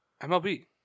MLB